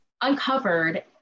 uncovered